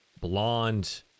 blonde